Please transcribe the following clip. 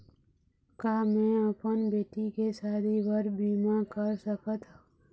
का मैं अपन बेटी के शादी बर बीमा कर सकत हव?